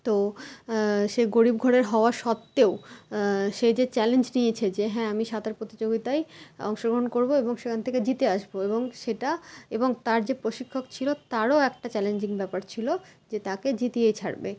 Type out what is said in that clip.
তো সে গরিব ঘরের হওয়া সত্ত্বেও সে যে চ্যালেঞ্জ নিয়েছে যে হ্যাঁ আমি সাঁতার প্রতিযোগিতায় অংশগ্রহণ করবো এবং সেখান থেকে জিতে আসব এবং সেটা এবং তার যে প্রশিক্ষক ছিলো তারও একটা চ্যালেঞ্জিং ব্যাপার ছিলো যে তাকে জিতিয়েই ছাড়বে